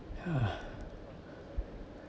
yeah